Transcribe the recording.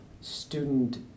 student